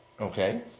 Okay